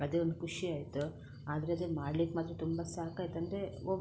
ಅದೇ ಒಂದು ಖುಷಿ ಆಯಿತು ಆದರೆ ಅದನ್ನು ಮಾಡ್ಲಿಕ್ಕೆ ಮಾತ್ರ ತುಂಬ ಸಾಕಾಯ್ತು ಅಂದರೆ ಒಬ್ಬ